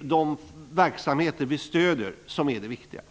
de verksamheter vi stöder som är det viktiga.